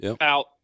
out